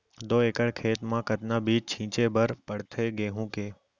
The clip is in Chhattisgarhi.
दो एकड़ खेत म कतना बीज छिंचे बर पड़थे गेहूँ के?